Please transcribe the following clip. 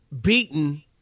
beaten